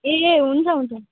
ए हुन्छ हुन्छ